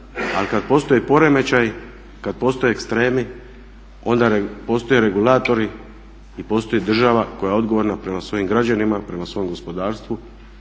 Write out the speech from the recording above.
ali kad postoji poremećaj, kad postoje ekstremi onda postoje regulatori i postoji država koja je odgovorna prema svojim građanima, prema svom gospodarstvu,